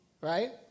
Right